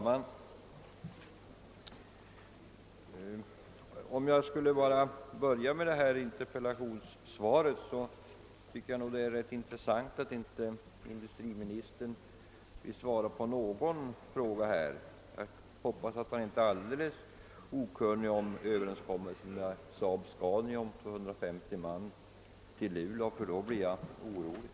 Herr talman! Vad först gäller interpellationssvaret tycker jag det är rätt intressant att inte industriministern vill svara på någon fråga i anledning av detta svar. Jag hoppas att han inte är helt okunnig om överenskommelsen med SAAB-Scania om sysselsättning för 250 man i Luleå, i annat fall blir jag orolig.